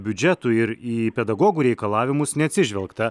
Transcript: biudžetui ir į pedagogų reikalavimus neatsižvelgta